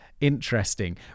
interesting